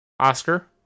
Oscar